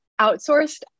outsourced